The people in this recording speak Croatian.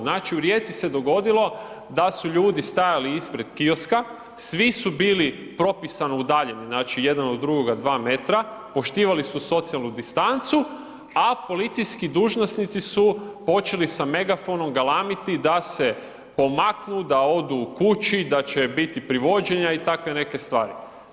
Znači u Rijeci se dogodilo da su ljudi stajali ispred kioska, svi su bili propisano udaljeni jedan od drugoga 2 metra, poštivali su socijalnu distancu, a policijski dužnosnici su počeli sa megafonom galamiti da se pomaknu, da odu kući, da će biti privođenja i takve neke stvari.